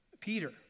Peter